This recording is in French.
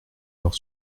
leur